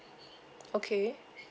okay